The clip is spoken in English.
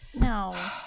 no